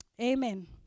Amen